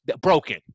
broken